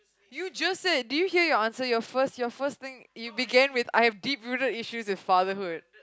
you just said did you hear your answer you first your first thing you began with I have deep rooted issues with fatherhood